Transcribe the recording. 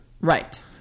Right